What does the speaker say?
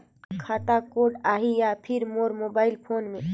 खाता कोड आही या फिर मोर मोबाइल फोन मे?